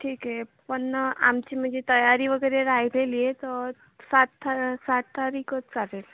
ठीक आहे पण ना आमची म्हणजे तयारी वगैरे राहिलेली आहे तर सात था सात तारीखच चालेल